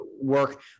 work